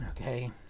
Okay